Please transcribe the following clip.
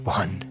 one